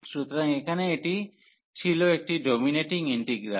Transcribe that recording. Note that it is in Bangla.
সুতরাং এখানে এটি ছিল একটি ডোমিনেটিং ইন্টিগ্রাল